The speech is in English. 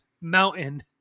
mountain